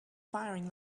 firing